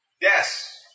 Yes